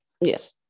Yes